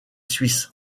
suisse